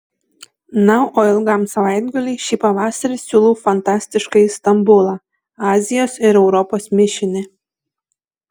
na o ilgam savaitgaliui šį pavasarį siūlau fantastiškąjį stambulą azijos ir europos mišinį